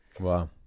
Wow